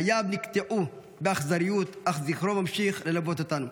חייו נקטעו באכזריות, אך זכרו ממשיך ללוות אותנו.